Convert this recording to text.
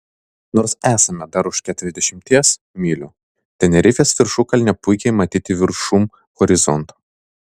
nors esame dar už keturiasdešimties mylių tenerifės viršukalnė puikiai matyti viršum horizonto